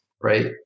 right